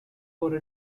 for